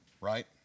right